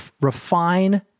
refine